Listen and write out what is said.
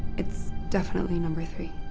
it's definitely number three.